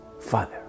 Father